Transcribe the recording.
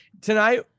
tonight